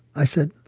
i said,